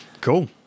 Cool